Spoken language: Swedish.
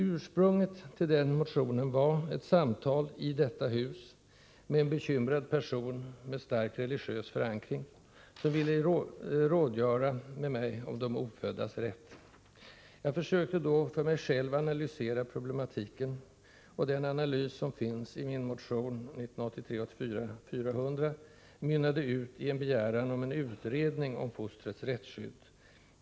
Ursprunget till den motionen var ett samtal i detta hus med en bekymrad person med starkt religiös förankring, som ville rådgöra med mig om de oföddas rätt. Jag försökte då för mig själv analysera problematiken. Den analys som finns i min motion 1983/84:400 mynnade ut i en begäran om en utredning om fostrets rättsskydd.